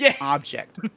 object